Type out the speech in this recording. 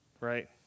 right